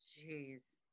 Jeez